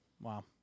Wow